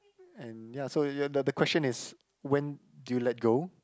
and ya so you are the the the question is when do you let go